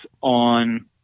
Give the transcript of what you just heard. on